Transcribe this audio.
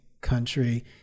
country